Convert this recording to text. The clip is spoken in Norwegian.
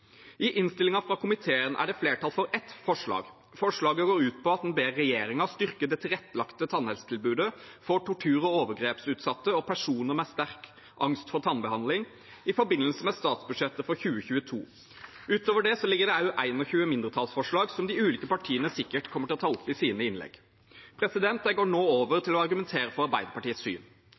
I innstillingen fra komiteen er det flertall for ett forslag. Forslaget går ut på at en ber regjeringen styrke det tilrettelagte tannhelsetilbudet for tortur- og overgrepsutsatte og personer med sterk angst for tannbehandling, i forbindelse med statsbudsjettet for 2022. Utover det ligger det også 21 mindretallsforslag, som de ulike partienes sikkert kommer til å ta opp i sine innlegg. Jeg går nå over til å argumentere for Arbeiderpartiets syn.